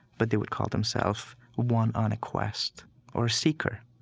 but they would call themself one on a quest or a seeker.